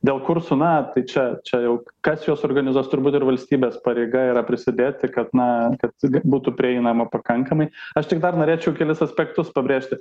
dėl kursų na tai čia čia jau kas juos organizuos turbūt ir valstybės pareiga yra prisidėti kad na kad būtų prieinama pakankamai aš tik dar norėčiau kelis aspektus pabrėžti